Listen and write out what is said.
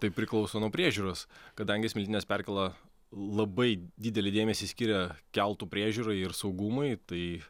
tai priklauso nuo priežiūros kadangi smiltynės perkėla labai didelį dėmesį skiria keltų priežiūrai ir saugumui tai